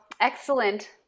excellent